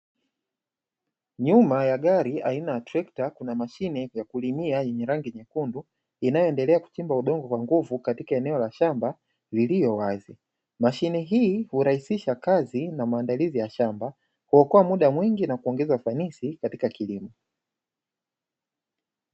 Nyuma ya gari aina ya trekta kuna mashine ya kulimia yenye rangi nyekundu, inayoendelea kuchimba udongo kwa nguvu katika eneo la shamba lililowazi, mashine hii hurahisisha kazi na maandalizi ya shamba kuokoa muda mwingi na kuongeza ufanisi katika kilimo.